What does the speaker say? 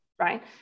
right